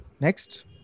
next